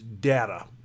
data